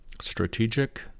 strategic